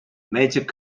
magic